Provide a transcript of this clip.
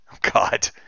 God